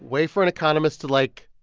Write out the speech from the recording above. way for an economist to, like,